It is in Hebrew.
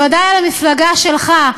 בוודאי על המפלגה שלך,